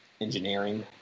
engineering